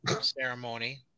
Ceremony